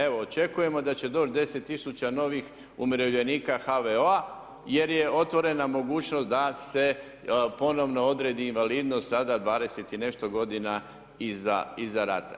Evo, očekujemo da će doći 10 tisuća novih umirovljenika HVO-a jer je otvorena mogućnost da se ponovno odredi invalidnost sada 20 i nešto godina iza rata.